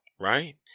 right